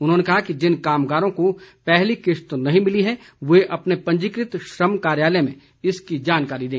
उन्होंने कहा कि जिन कामगारों को पहली किश्त नहीं मिली है ये अपने पंजीकृत श्रम कार्यालय में इसकी जानकारी दें